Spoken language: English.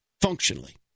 functionally